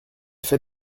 fait